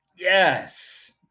Yes